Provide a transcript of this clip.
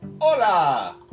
Hola